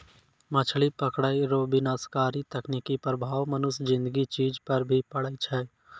मछली पकड़ै रो विनाशकारी तकनीकी प्रभाव मनुष्य ज़िन्दगी चीज पर भी पड़ै छै